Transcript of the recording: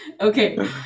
okay